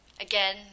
again